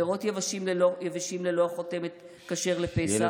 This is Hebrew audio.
פירות יבשים ללא חותמת כשר לפסח?